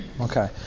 Okay